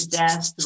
death